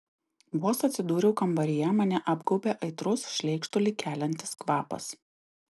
vos atsidūriau kambaryje mane apgaubė aitrus šleikštulį keliantis kvapas